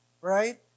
right